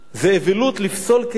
זו אווילות לפסול כלים.